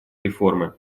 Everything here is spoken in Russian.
реформы